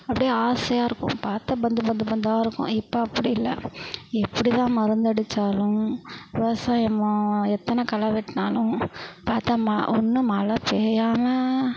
அப்படியே ஆசையாக இருக்கும் பார்த்தா பந்து பந்து பந்தாக இருக்கும் இப்போ அப்படி இல்லை எப்படி தான் மருந்து அடித்தாலும் விவசாயமோ எத்தனை களை வெட்டினாலும் பார்த்தா ம ஒன்று மழை பெயாம